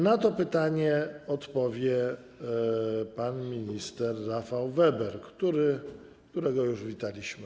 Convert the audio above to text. Na to pytanie odpowie pan minister Rafał Weber, którego już raz witaliśmy.